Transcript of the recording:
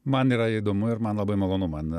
man yra įdomu ir man labai malonu man